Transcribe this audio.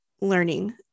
learning